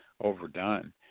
overdone